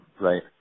right